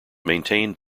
maintained